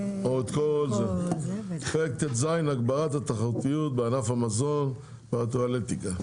הנושא פרק ט"ז (הגברת התחרותיות בענף המזון והטואלטיקה),